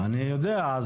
אני יודע.